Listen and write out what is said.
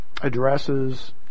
addresses